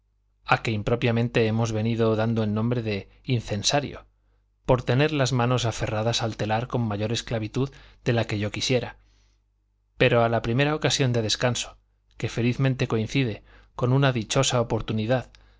declaro que muchas veces no he cogido el aparato de aereación a que impropiamente hemos venido dando el nombre de incensario por tener las manos aferradas al telar con mayor esclavitud de la que yo quisiera pero a la primera ocasión de descanso que felizmente coincide con una dichosa oportunidad